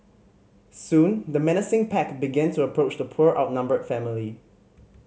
soon the menacing pack began to approach the poor outnumbered family